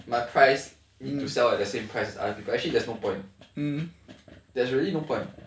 my price need to sell at the same price with other people actually there's no point there's really no point